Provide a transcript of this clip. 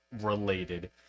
related